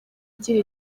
igira